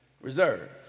reserve